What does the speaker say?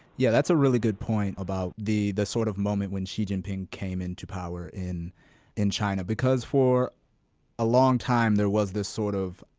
yeah, that's a really good point about the the sort of moment when xi jinping came into power in in china, because for a long time, there was this sort of,